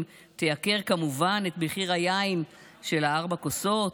תייקר כמובן את מחיר היין של ארבע הכוסות,